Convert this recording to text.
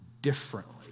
differently